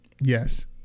yes